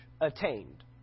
attained